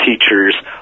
teachers